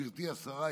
גברתי השרה,